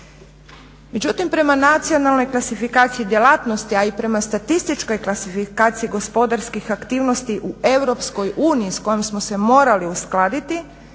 Međutim, prema nacionalnoj klasifikaciji djelatnosti a i prema statističkoj klasifikaciji gospodarskih aktivnosti u Europskoj uniji s kojom smo se morali uskladiti.